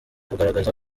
kugaragaza